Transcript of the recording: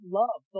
love